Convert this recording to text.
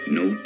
no